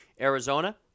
Arizona